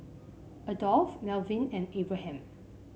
Adolph Melvyn and Abraham